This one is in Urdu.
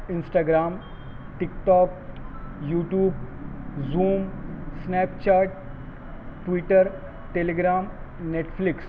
Instagram TikTok YouTube Zoom Snapchat Twitter Telegram net flakes